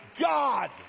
God